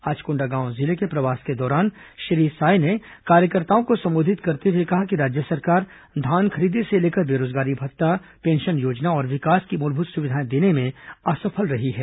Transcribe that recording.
आज कोंडागांव जिले के प्रवास के दौरान श्री साय ने कार्यकर्ताओं को संबोधित करते हुए कहा कि राज्य सरकार धान खरीदी से लेकर बेरोजगारी भत्ता पेंशन योजना और विकास की मूलभूत सुविधाएं देने में असफल रही है